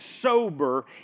sober